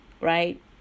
right